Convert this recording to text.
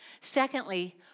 Secondly